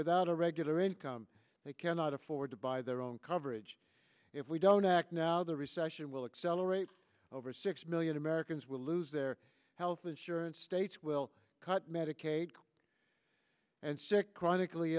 without a regular income they cannot afford to buy their own coverage if we don't act now the recession will accelerate over six million americans will lose their health insurance states will cut medicaid and sick chronically